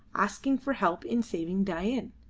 asking for help in saving dain.